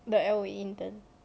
the L_O_A intern